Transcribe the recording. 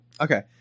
Okay